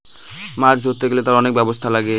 মাছ ধরতে গেলে তার অনেক ব্যবস্থা লাগে